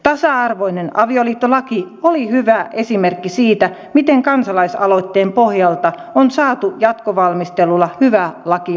tasa arvoinen avioliittolaki oli hyvä esimerkki siitä miten kansalaisaloitteen pohjalta on saatu jatkovalmistelulla hyvä laki aikaiseksi